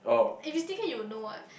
if it's T_K you'll know what